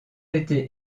été